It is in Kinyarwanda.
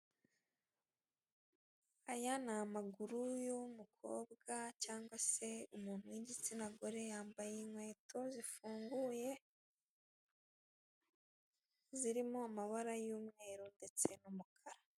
Aya ni amaguru y'umukobwa cyangwa se umuntu wi'gitsina gore yambaye inkweto zifunguye zirimo amabara y'umweru ndetse n'umukara.